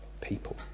people